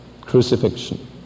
crucifixion